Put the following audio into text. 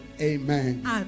Amen